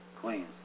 clean